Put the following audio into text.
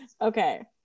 Okay